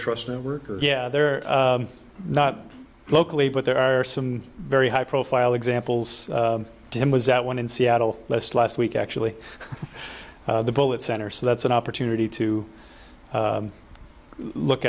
trust network yeah they're not locally but there are some very high profile examples tim was that one in seattle less last week actually the bullet center so that's an opportunity to look